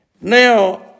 Now